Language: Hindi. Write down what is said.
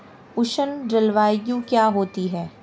उष्ण जलवायु क्या होती है?